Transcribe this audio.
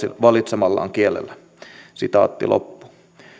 valitsemallaan kielellä